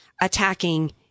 attacking